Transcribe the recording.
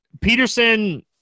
Peterson